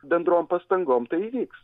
bendrom pastangom tai įvyks